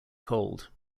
cold